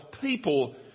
people